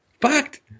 fucked